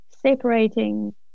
separating